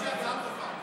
הצעה טובה,